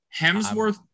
Hemsworth